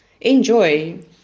Enjoy